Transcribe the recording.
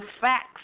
facts